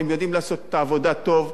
הם יודעים לעשות את העבודה טוב.